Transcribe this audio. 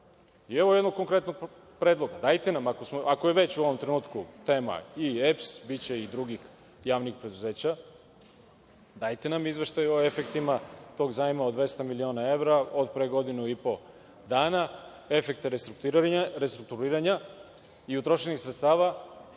Evo jednog konkretnog predloga, ako je već u ovom trenutku tema i EPS, biće i drugih javnih preduzeća, dajte nam izveštaj o efektima tog zajma od 200 miliona evra od pre godinu i po dana, efekte restrukturiranja i utrošenih sredstava